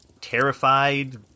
terrified